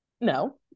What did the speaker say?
no